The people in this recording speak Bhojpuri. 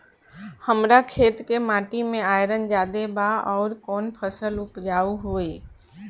हमरा खेत के माटी मे आयरन जादे बा आउर कौन फसल उपजाऊ होइ?